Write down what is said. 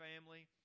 family